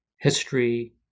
history